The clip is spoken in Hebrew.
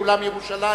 אולם "ירושלים",